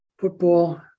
football